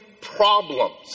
problems